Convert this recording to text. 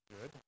good